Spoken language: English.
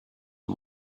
and